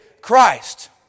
Christ